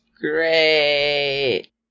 Great